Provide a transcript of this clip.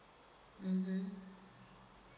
mmhmm